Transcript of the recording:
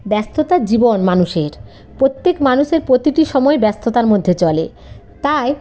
ব্যস্ততার জীবন মানুষের প্রত্যেক মানুষের প্রতিটি সময় ব্যস্ততার মধ্যে চলে তাই